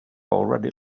already